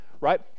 right